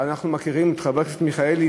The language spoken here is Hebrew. אנחנו מכירים את חבר הכנסת מיכאלי,